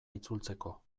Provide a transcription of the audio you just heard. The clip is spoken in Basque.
itzultzeko